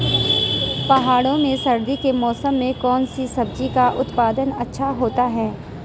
पहाड़ों में सर्दी के मौसम में कौन सी सब्जी का उत्पादन अच्छा होता है?